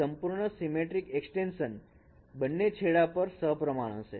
સંપૂર્ણ symmetric extension બંને છેડા પર સપ્રમાણ હશે